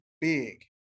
big